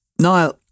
Niall